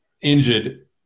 injured